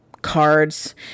Cards